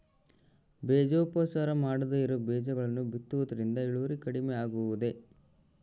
ಬೇಜೋಪಚಾರ ಮಾಡದೇ ಇರೋ ಬೇಜಗಳನ್ನು ಬಿತ್ತುವುದರಿಂದ ಇಳುವರಿ ಕಡಿಮೆ ಆಗುವುದೇ?